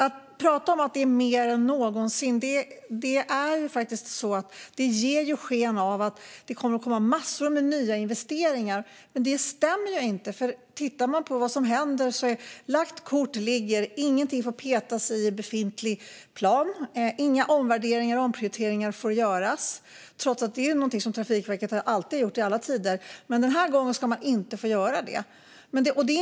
Att prata om att det är mer än någonsin ger sken av att det kommer att komma massor med nya investeringar. Men det stämmer inte. Tittar man på vad som händer ser man att lagt kort ligger. Man får inte peta i någonting i befintlig plan. Inga omvärderingar och omprioriteringar får göras, trots att det är någonting som Trafikverket i alla tider alltid har gjort. Men den här gången ska man inte få göra det.